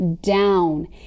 down